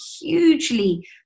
hugely